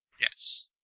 Yes